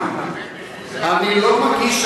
אני לא מבין,